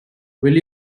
will